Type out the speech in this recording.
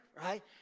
Right